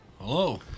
hello